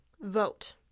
vote